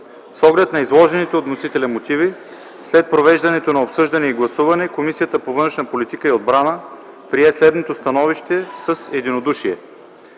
С оглед на изложените от вносителя мотиви, след провеждането на обсъждане и гласуване, Комисията по външна политика и отбрана прие следното становище с единодушие: